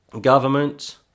government